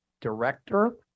director